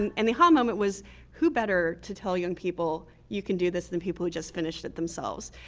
and and the aha moment was who better to tell young people you can do this than people who just finished it themselves?